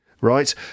right